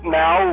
now